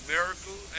Miracle